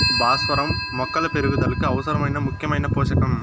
భాస్వరం మొక్కల పెరుగుదలకు అవసరమైన ముఖ్యమైన పోషకం